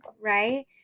right